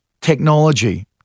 technology